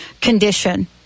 condition